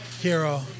Hero